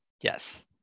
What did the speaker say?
Yes